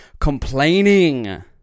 complaining